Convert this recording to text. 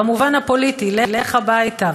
במובן הפוליטי, לך הביתה.